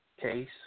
case